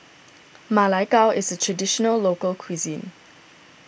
Ma Lai Gao is a Traditional Local Cuisine